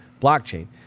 blockchain